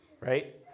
Right